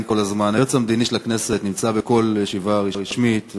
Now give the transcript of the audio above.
כל הזמן: היועץ המדיני של הכנסת נמצא בכל ישיבה רשמית,